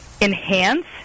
enhance